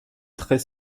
très